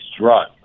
drug